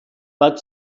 but